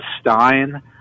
Stein